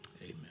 Amen